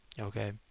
okay